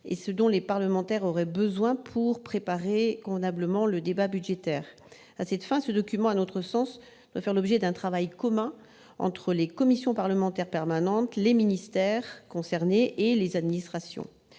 ce dont les parlementaires auraient besoin pour préparer convenablement le débat budgétaire. À notre sens, la VAR doit faire, à cette fin, l'objet d'un travail commun entre les commissions parlementaires permanentes, les ministères concernés et les administrations.